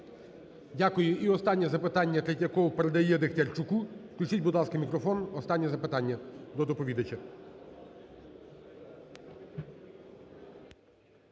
Дякую. І останнє запитання. Третьяков передає Дехтярчуку. Включіть, будь ласка, мікрофон. Останнє запитання до доповідача.